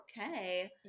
okay